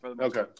Okay